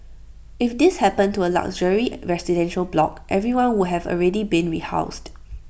if this happened to A luxury residential block everyone would have already been rehoused